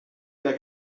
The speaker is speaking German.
der